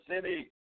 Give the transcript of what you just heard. city